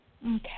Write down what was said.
Okay